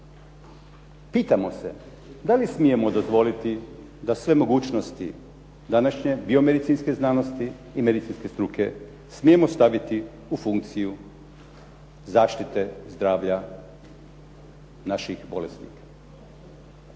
pitamo se da li smijemo dozvoliti da sve mogućnosti današnje biomedicinske znanosti i medicinske struke smijemo staviti u funkciju zaštite zdravlja naših bolesnih?